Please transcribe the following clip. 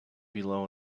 below